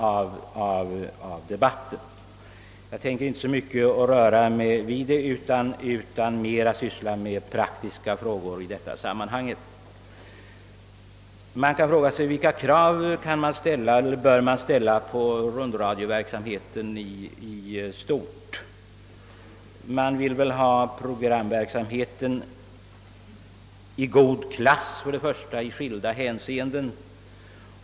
För min del tänker jag inte närmare gå in på saken utan jag kommer mera att syssla med praktiska frågor. Vilka krav bör ställas på rundradioverksamheten i stort? Ja, vi vill väl först och främst ha en programverksamhet av god klass i skilda hänseenden.